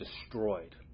destroyed